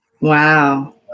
Wow